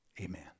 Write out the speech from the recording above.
amen